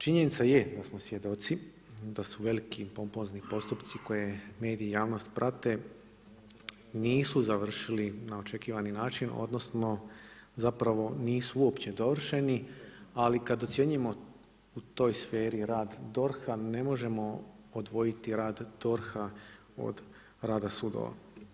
Činjenica je da smo svjedoci da su veliki pompozni postupci koje mediji i javnost prate nisu završili na očekivani način odnosno nisu uopće dovršeni, ali kada ocjenjujemo u toj sferi rad DORH-a ne možemo odvojiti rad DORH-a od rada sudova.